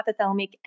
hypothalamic